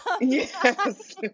Yes